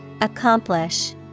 Accomplish